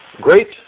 Great